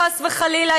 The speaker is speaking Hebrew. חס וחלילה,